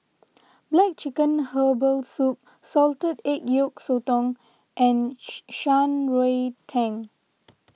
Black Chicken Herbal Soup Salted Egg Yolk Sotong and Shan Rui Tang